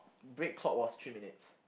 break called was three minutes